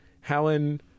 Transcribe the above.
Helen